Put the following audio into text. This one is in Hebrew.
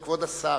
כבוד השר,